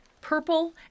Purple